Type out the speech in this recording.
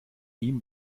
ihm